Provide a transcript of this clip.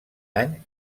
any